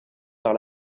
par